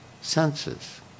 senses